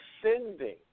ascending